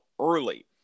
early